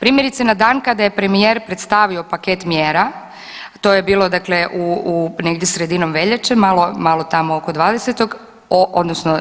Primjerice, na dan kada je premijer predstavio paket mjera, to je bilo negdje sredinom veljače, malo tamo oko 20.,